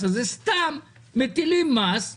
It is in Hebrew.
ומי שייכנס אחר הצוהריים?